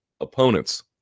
opponents